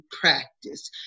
practice